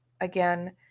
Again